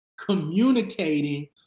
communicating